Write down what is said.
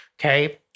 Okay